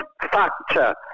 factor